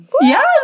Yes